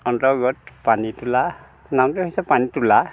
অন্তৰ্গত পানীতোলা নামটো হৈছে পানীতোলা